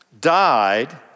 died